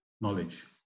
knowledge